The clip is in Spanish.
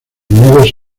unidos